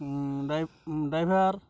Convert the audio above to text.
driver